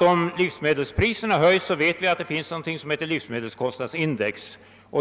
Om livsmedelspriserna höjs, finns det som vi vet någonting som heter livsmedelskostnadsindex.